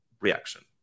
reaction